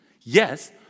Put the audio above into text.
yes